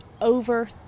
over